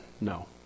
No